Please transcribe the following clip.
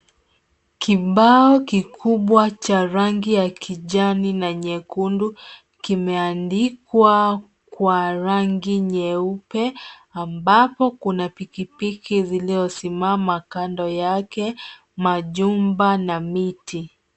Kibao kikubwa cha rangi ya kijani na nyekundu kimeandikwa kwa rangi nyeupe ambapo kuna pikipiki ziliosimama kando yake, majumba na miti.